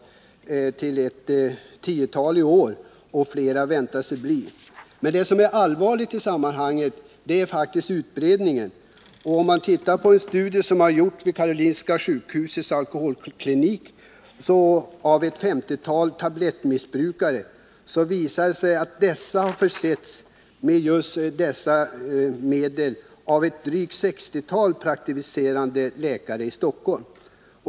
Det gäller ett tiotal preparat i år och det väntas bli flera. Men det som är allvarligt i sammanhanget är faktiskt utbredningen. En studie som har gjorts vid Karolinska sjukhusets alkoholklinik av ett 50-tal läkemedelsmissbrukare visar att de har försetts med just dessa medel av drygt 60 privatpraktiserande läkare i Stockholm.